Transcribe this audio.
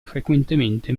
frequentemente